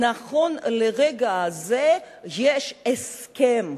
נכון לרגע הזה יש הסכם,